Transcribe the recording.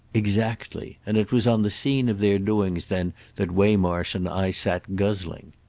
exactly. and it was on the scene of their doings then that waymarsh and i sat guzzling.